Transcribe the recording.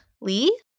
Lee